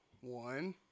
one